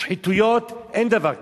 שחיתויות, אין דבר כזה.